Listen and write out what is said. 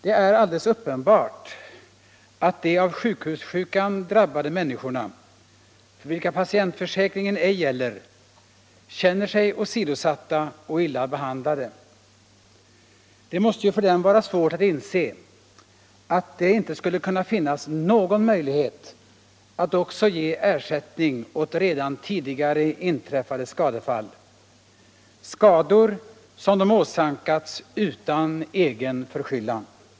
Det är alldeles uppenbart att de av sjukhussjukan drabbade människorna, för vilka patientförsäkringen ej gäller, känner sig åsidosatta och illa behandlade. Det måste ju för dem vara svårt att inse, att det inte skulle kunna finnas någon möjlighet att också ge ersättning åt redan tidigare inträffade skadefall — skador som de åsamkats utan egen förskyllan!